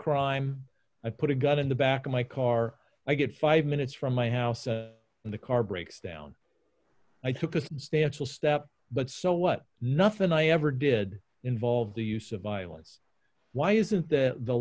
crime i put a gun in the back of my car i get five minutes from my house and the car breaks down i took a substantial step but so what nothing i ever did involved the use of violence why isn't that the